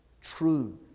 True